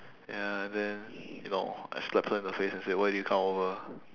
ya then you know I slapped her in the face and said why did you come over